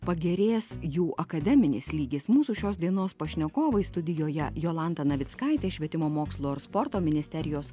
pagerės jų akademinis lygis mūsų šios dienos pašnekovai studijoje jolanta navickaitė švietimo mokslo ir sporto ministerijos